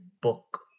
book